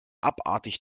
abartig